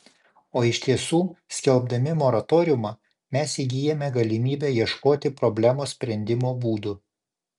o iš tiesų skelbdami moratoriumą mes įgyjame galimybę ieškoti problemos sprendimo būdų